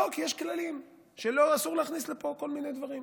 לא, כי יש כללים שאסור להכניס לפה כל מיני דברים.